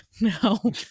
No